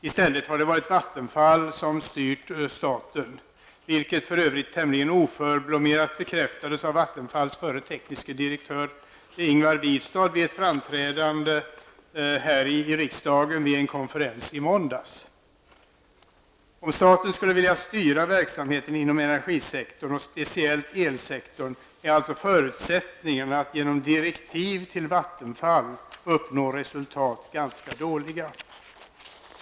I stället har det varit Vattenfall som styrt staten, vilket för övrigt tämligen oförblommerat bekräftades av Vattenfalls förre tekniske direktör, Ingvar Wivstad, vid ett framträdande vid en konferens i måndags här i riksdagen. Om staten skulle vilja styra verksamheten inom energisektorn, och speciellt elsektorn, är alltså förutsättningarna att genom direktiv till Vattenfall uppnå resultat ganska dåliga.